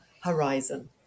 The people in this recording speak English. horizon